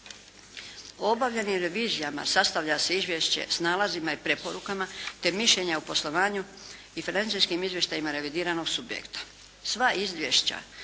O obavljenim revizijama sastavlja se izvješće s nalazima i preporukama te mišljenja o poslovanju i financijskim izvještajima revidiranog subjekta.